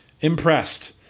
Impressed